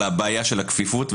את הבעיה של הכפיפות,